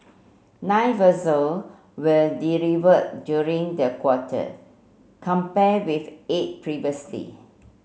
nine vessel were delivered during the quarter compared with eight previously